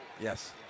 Yes